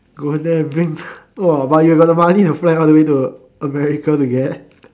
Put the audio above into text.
go there bring !woah! but you got money to fly all the way to America to get